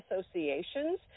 associations